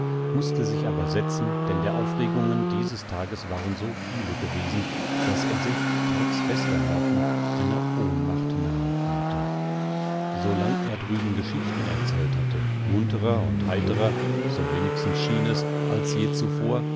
mußte sich aber setzen denn der aufregungen dieses tages waren so viele gewesen daß er sich trotz fester nerven einer ohnmacht nahe fühlte so lang er drüben geschichten erzählt hatte munterer und heiterer so wenigstens schien es als je zuvor